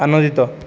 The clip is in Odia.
ଆନନ୍ଦିତ